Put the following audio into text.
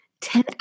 Ten